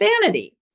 vanity